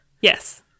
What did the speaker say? Yes